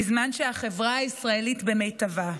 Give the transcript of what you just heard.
בזמן שהחברה הישראלית במיטבה,